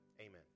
Amen